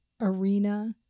arena